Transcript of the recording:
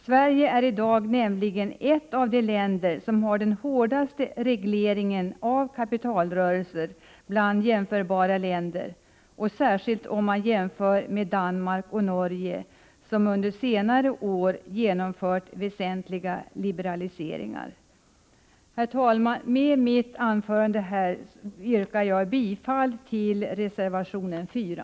Sverige är i dag nämligen ett av de länder som har den hårdaste regleringen av kapitalrörelser bland jämförbara länder, och särskilt om man jämför med Danmark och Norge, som under senare år genomfört väsentliga liberaliseringar. Herr talman! Med det anförda yrkar jag bifall till reservation 4.